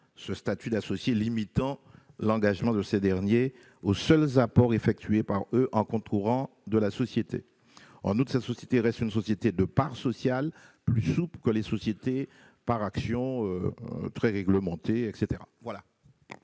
ce statut d'associés limite l'engagement de ces derniers aux seuls apports effectués par eux en compte courant de la société. En outre, cette société reste une société de parts sociales, statut plus souple que celui des sociétés par actions, qui sont très réglementées.